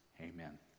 Amen